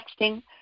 texting